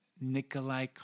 Nikolai